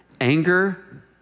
Anger